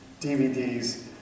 DVDs